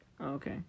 Okay